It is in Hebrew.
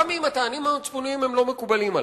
גם אם הטעמים המצפוניים לא מקובלים עלי,